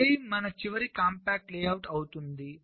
ఇదే మన చివరి కాంపాక్ట్ లేఅవుట్ అవుతుంది